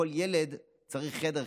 כל ילד צריך חדר,